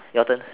your turn